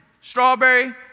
strawberry